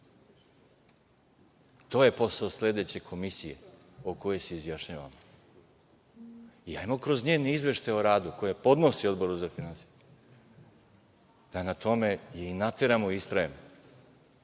To je posao sledeće komisije o kojoj se izjašnjavamo. Hajde kroz njene izveštaje o radu koje podnosi Odboru za finansije da na tome je i nateramo i istrajemo,